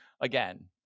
again